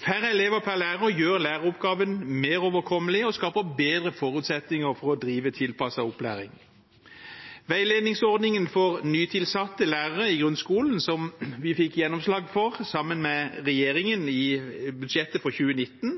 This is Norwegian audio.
Færre elever per lærer gjør læreroppgaven mer overkommelig og skaper bedre forutsetninger for å drive tilpasset opplæring. Veiledningsordningen for nytilsatte lærere i grunnskolen, som vi fikk gjennomslag for sammen med regjeringen i budsjettet for 2019,